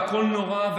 והכול נורא,